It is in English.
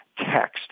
text